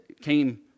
came